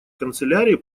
канцелярии